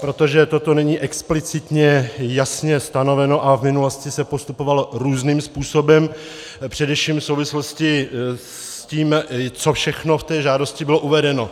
protože toto není explicitně jasně stanoveno a v minulosti se postupovalo různým způsobem především v souvislosti s tím, co všechno v té žádosti bylo uvedeno.